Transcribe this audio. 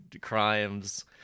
crimes